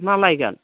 मा लायगोन